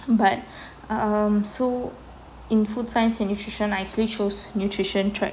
but um so in food science and nutrition I actually chose nutrition track